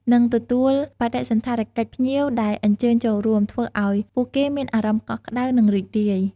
និងទទួលបដិសណ្ឋារកិច្ចភ្ញៀវដែលអញ្ជើញចូលរួម ធ្វើឲ្យពួកគេមានអារម្មណ៍កក់ក្តៅ និងរីករាយ។